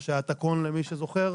מה שהיה תקו"ן למי שזוכר.